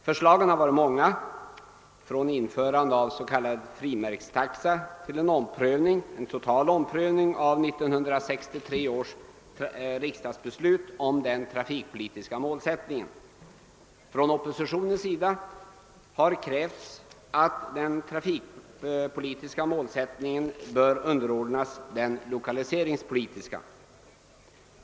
Förslagen har varit många, från införande av s.k. frimärkstaxa till en total omprövning av 1963 års riksdagsbeslut om den trafikpolitiska målsättningen. Från oppositionens sida har krävts att den trafikpolitiska målsättningen underordnas den lokaliseringspolitiska.